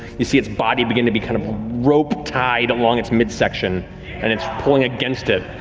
you see its body begin to be kind of rope-tied along its midsection and it's pulling against it.